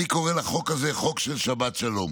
אני קורא לחוק הזה חוק של "שבת שלום".